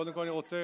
קודם כול אני רוצה,